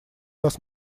вас